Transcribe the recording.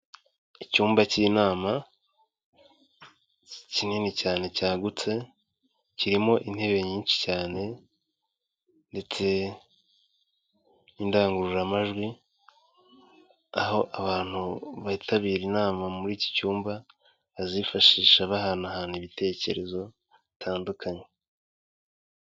Icyumba cy'inama kinini cyane cyagutse, kirimo intebe nyinshi cyane ndetse n'indangururamajwi, aho abantu bitabira inama muri iki cyumba bazifashisha bahanahana ibitekerezo bitandukanye.